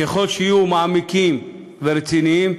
ככל שיהיו מעמיקים ורציניים,